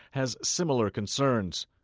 has similar concerns.